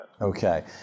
Okay